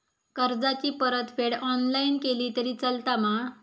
कर्जाची परतफेड ऑनलाइन केली तरी चलता मा?